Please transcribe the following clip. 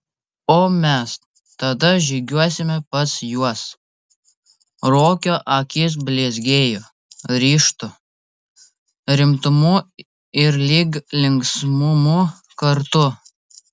o mes tada žygiuosime pas juos ruokio akys blizgėjo ryžtu rimtumu ir lyg linksmumu kartu